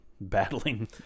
battling